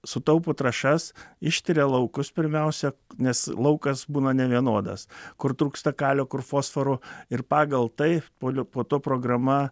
sutaupo trąšas ištiria laukus pirmiausia nes laukas būna nevienodas kur trūksta kalio kur fosforo ir pagal tai polio po to programa